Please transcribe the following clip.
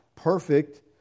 perfect